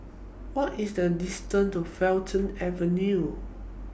What IS The distance to Fulton Avenue